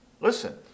listen